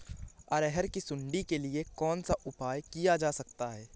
अरहर की सुंडी के लिए कौन सा उपाय किया जा सकता है?